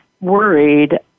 worried